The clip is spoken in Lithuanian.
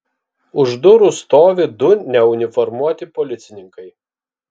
už durų stovi du neuniformuoti policininkai